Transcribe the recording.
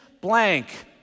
blank